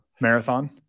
marathon